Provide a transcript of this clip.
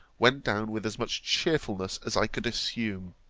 went down with as much cheerfulness as i could assume